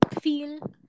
feel